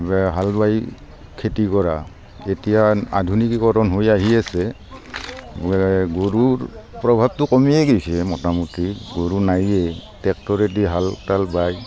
হাল বাই খেতি কৰা এতিয়া আধুনিকীকৰণ হৈ আহি আছে গৰুৰ প্ৰভাৱটো কমিয়ে গৈছে মোটামুটি গৰু নাইয়ে ট্ৰেক্টৰেদি হাল তাল বায়